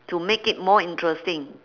to make it more interesting